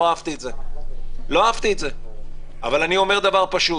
לא אהבתי את זה אבל אני אומר דבר פשוט.